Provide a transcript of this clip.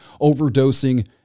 overdosing